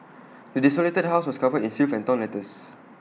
the desolated house was covered in filth and torn letters